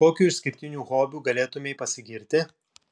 kokiu išskirtiniu hobiu galėtumei pasigirti